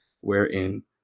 Wherein